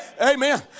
Amen